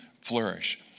flourish